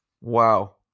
wow